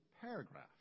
paragraph